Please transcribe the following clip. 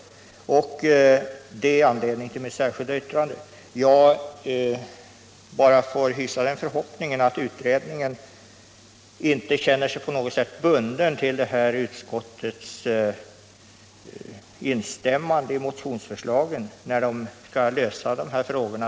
Det är således anledningen till mitt särskilda yttrande, och jag hyser nu förhoppningen att utredningen inte på något sätt känner sig bunden till utskottets instämmande i motionsförslagen när den skall lösa dessa frågor.